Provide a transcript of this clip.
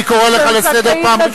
אני קורא לך לסדר פעם ראשונה.